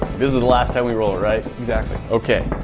ah is the last time we roll it, right? exactly. okay.